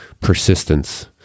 persistence